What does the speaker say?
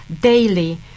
daily